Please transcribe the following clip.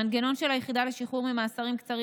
המנגנון של היחידה לשחרור ממאסרים קצרים